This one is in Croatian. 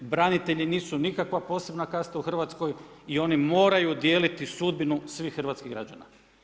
Branitelji nisu nikakva posebna kasta u Hrvatskoj i oni moraju dijeliti sudbinu svih hrvatskih građana.